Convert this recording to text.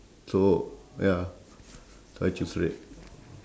so ya so I choose red